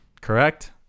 Correct